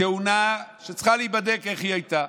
תאונה שצריכה להיבדק, איך היא הייתה,